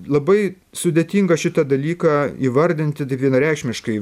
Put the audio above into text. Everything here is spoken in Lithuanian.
labai sudėtinga šitą dalyką įvardinti taip vienareikšmiškai